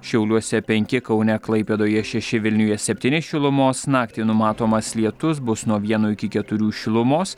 šiauliuose penki kaune klaipėdoje šeši vilniuje septyni šilumos naktį numatomas lietus bus nuo vieno iki keturių šilumos